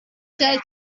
dust